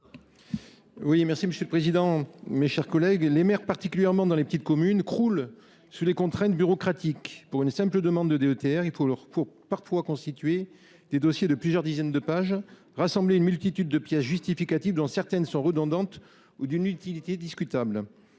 pour présenter l’amendement n° II 350 rectifié. Les maires, particulièrement dans les petites communes, croulent sous les contraintes bureaucratiques. Pour une simple demande de DETR, il faut parfois constituer des dossiers de plusieurs dizaines de pages, rassembler une multitude de pièces justificatives, dont certaines sont redondantes ou d’une utilité discutable.